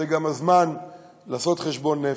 זה גם הזמן לעשות חשבון נפש.